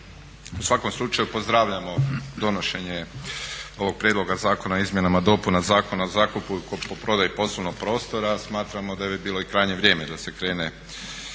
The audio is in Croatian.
u svakom slučaju pozdravljamo donošenje ovog prijedloga Zakona o izmjenama i dopunama Zakona o zakupu i kupoprodaji poslovnog prostora. Smatramo da bi bilo i krajnje vrijeme da se krene